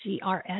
GRS